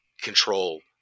control